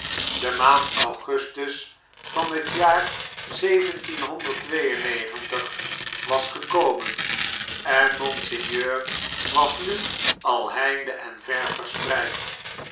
de maand augustus van het jaar was gekomen en monseigneur was nu al heinde en ver verspreid